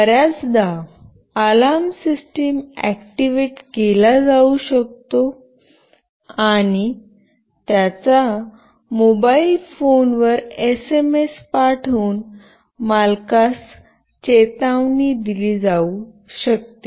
बर्याचदा alarm system activate केला जाऊ शकतो आणि त्याचा मोबाइल फोनवर एसएमएस पाठवून मालकास चेतावणी दिली जाऊ शकते